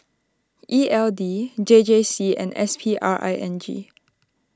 E L D J J C and S P R I N G